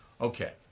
Okay